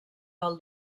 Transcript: del